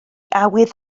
awydd